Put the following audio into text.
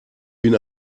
bin